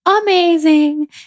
amazing